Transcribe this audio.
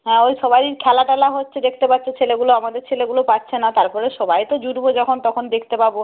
হ্যাঁ ওই সবারই খেলা টেলা হচ্ছে দেখতে পাচ্ছে ছেলেগুলো আমাদের ছেলেগুলো পারছে না তারপরে সবাই তো জুটব যখন তখন দেখতে পাব